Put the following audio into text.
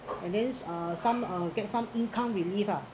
and this uh some uh get some income relief lah